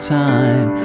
time